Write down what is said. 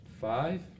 Five